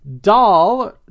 doll